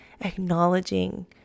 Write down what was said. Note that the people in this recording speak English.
acknowledging